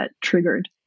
triggered